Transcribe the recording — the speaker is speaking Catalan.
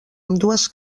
ambdues